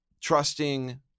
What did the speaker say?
trusting